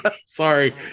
Sorry